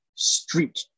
street